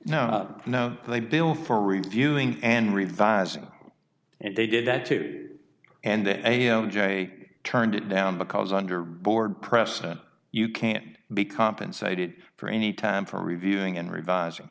now no they bill for reviewing and revising and they did that too and then i am j turned it down because under board president you can't be compensated for any time for reviewing and revising